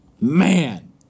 Man